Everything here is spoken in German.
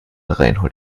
reinhold